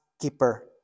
keeper